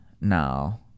now